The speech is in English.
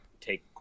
take